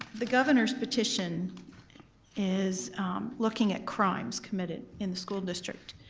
the governor's petition is looking at crimes committed in the school district.